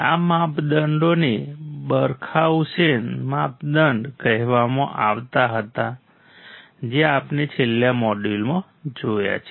આ માપદંડોને બરખાઉસેન માપદંડ કહેવામાં આવતા હતા જે આપણે છેલ્લા મોડ્યુલમાં જોયા છે